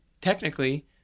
technically